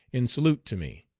in salute to me.